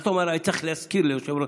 אל תגיד: היה צריך להזכיר ליושב-ראש.